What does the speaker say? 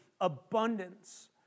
abundance